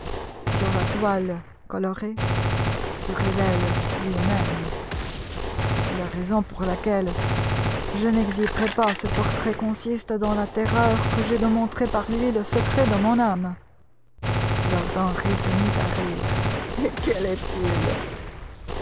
sur la toile coloriée se révèle lui-même la raison pour laquelle je n'exhiberai pas ce portrait consiste dans la terreur que j'ai de montrer par lui le secret de mon âme lord henry se mit à rire et quel est-il